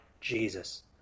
Jesus